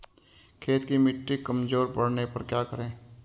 खेत की मिटी कमजोर पड़ने पर क्या करें?